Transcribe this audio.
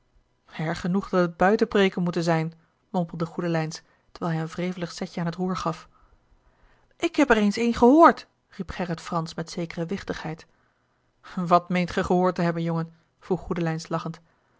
erg genoeg dat het buiten preeken moeten zijn mompelde goedelijns terwijl hij een wrevelig zetje aan het roer gaf ik heb er eens een gehoord riep gerrit fransz met zekere wichtigheid wat meent ge gehoord te hebben jongen vroeg goedelijns